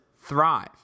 Thrive